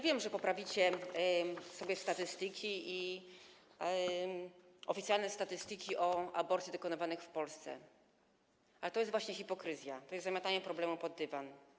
Wiem, że poprawicie sobie statystyki, oficjalne statystyki dotyczące aborcji dokonywanych w Polsce, ale to jest właśnie hipokryzja, to jest zamiatanie problemu pod dywan.